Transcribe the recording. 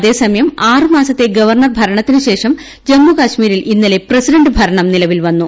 അതേസമയം ആറ് മാസത്തെ ഗവർണർ ഭരണത്തിനുശേഷം ജമ്മുകാശ്മീരിൽ ഇന്നലെ പ്രസിഡന്റ് ഭർണം നിലവിൽ വന്നു